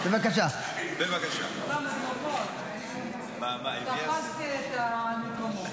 חמד לא פה, תפסתי את מקומו.